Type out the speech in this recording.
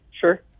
Sure